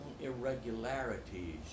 irregularities